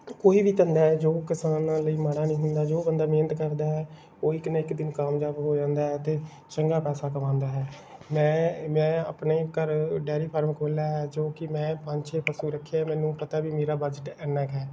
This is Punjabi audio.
ਕੋਈ ਵੀ ਧੰਦਾ ਹੈ ਜੋ ਕਿਸਾਨਾਂ ਲਈ ਮਾੜਾ ਨਹੀਂ ਹੁੰਦਾ ਜੋ ਬੰਦਾ ਮਿਹਨਤ ਕਰਦਾ ਹੈ ਉਹ ਇੱਕ ਨਾ ਇੱਕ ਦਿਨ ਕਾਮਯਾਬ ਹੋ ਜਾਂਦਾ ਹੈ ਅਤੇ ਚੰਗਾ ਪੈਸਾ ਕਮਾਉਂਦਾ ਹੈ ਮੈਂ ਮੈਂ ਆਪਣੇ ਘਰ ਡੈਰੀ ਫਾਰਮ ਖੋਲ੍ਹਿਆ ਹੈ ਜੋ ਕਿ ਮੈਂ ਪੰਜ ਛੇ ਪਸ਼ੂ ਰੱਖੇ ਆ ਮੈਨੂੰ ਪਤਾ ਵੀ ਮੇਰਾ ਬਜਟ ਇੰਨਾ ਕੁ ਹੈ